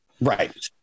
Right